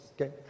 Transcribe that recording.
okay